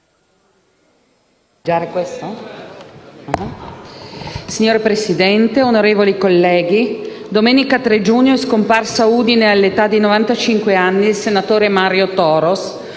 Signor Presidente, onorevoli colleghi, domenica 3 giugno è scomparso a Udine, all’età di novantacinque anni, il senatore Mario Toros,